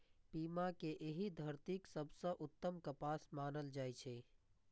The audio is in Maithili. पीमा कें एहि धरतीक सबसं उत्तम कपास मानल जाइ छै